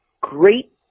great